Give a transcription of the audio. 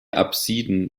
apsiden